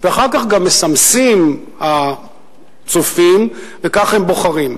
אחר כך גם מסמסים הצופים, וכך הם בוחרים.